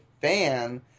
fan